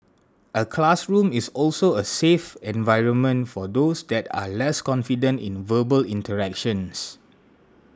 a classroom is also a safe environment for those that are less confident in verbal interactions